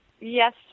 Yes